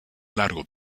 largo